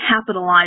capitalize